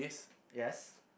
yes